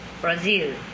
Brazil